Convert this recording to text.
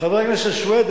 חבר הכנסת סוייד,